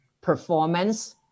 performance